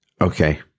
okay